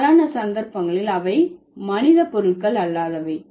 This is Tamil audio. பெரும்பாலான சந்தர்ப்பங்களில் அவை மனித பொருள்கள் அல்லாதவை